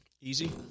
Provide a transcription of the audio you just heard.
Easy